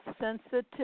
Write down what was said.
sensitive